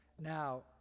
Now